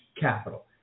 capital